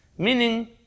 Meaning